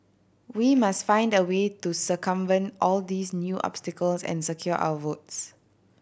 we must find a way to circumvent all these new obstacles and secure our votes